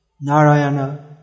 Narayana